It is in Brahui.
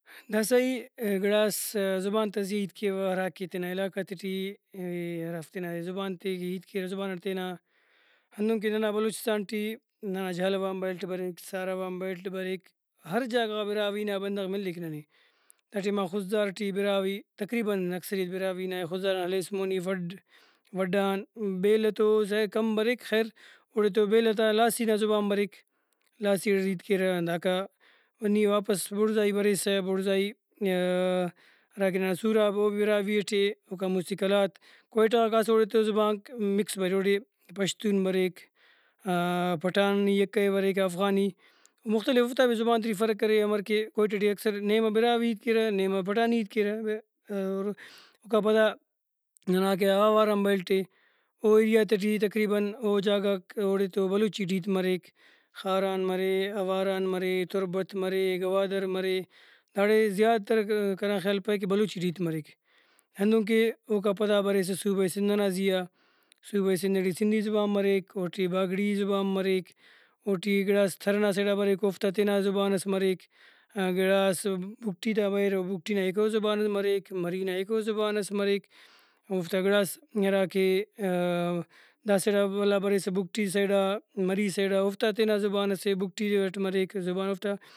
داسہ ای گڑاس زبان تا زیہا ہیت کیوہ ہراکہ تینا علاقہ تے ٹی ہرافتے ننے زبان تے کہ ہیت کیرہ زبانٹ تینا ہندن کہ ننا بلوچستان ٹی ننا جہلاوان belt break Sarawan belt break ہر جاگہ غا براہوئی نا بندغ ملیک ننے دا ٹائما خضدار ٹی براہوئی تقریباً اکثریت براہوئی نائے خضداران ہلیس مونی وڈھ وڈھ آن بیلہ تو ظاہرے کم بریک خیر اوڑے بیلہ تا لاسی تا زبان بریک لاسی اٹ ہیت کیرہ نی واپس بڑزائی بریسہ بڑزائی ہراکہ سوراب او بھی براہوئی اٹے اوکان مُستی قلات کوئٹہ غا کاسہ اوڑے تو زبانک مکس مریرہ اوڑے پشتون بریک پٹھانی یکہ بریک افغانی مختلف اوفتا بھی زبان تے ٹی فرق امر کہ اکثر نیمہ براہوئی ہیت کیرہ نیمہ پٹھانی ہیت کیرہ اور اوکا پدا ننا کہ آواران بیلٹ اے او ایریا تے ٹی تقریباً او جاگہ غاک اوڑے تو بلوچی ٹی ہیت مریک خاران مرے آواران مرے تربت مرے گوادر مرے داڑے زیاتر کنا خیال پائک بلوچی ٹی ہیت مریک ۔ہندن کہ اوکا پدا بریسہ صوبہ سندھ ئنا زیہا صوبہ سندھ ٹی سندھی زبان مریک اوٹی باگڑی زبان مریک اوٹی گڑاس تھر ئنا سیڈا بریک اوفتا تینا زبانس مریک گڑاس بگٹی تا بریرہ بگٹی نا یکہ او زبانس مریک مری نا یکہ او زبانس مریک اوفتا گڑاس ہراکہ دا سیڈا ولا بریسہ بگٹی سیڈا مری سیڈا اوفتا تینا زبان سے بگٹی اٹ مریک زبان اوفتا